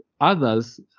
others